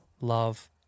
Love